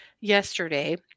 yesterday